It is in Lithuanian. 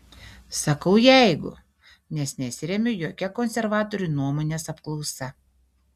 sakau jeigu nes nesiremiu jokia konservatorių nuomonės apklausa